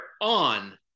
on